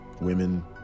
women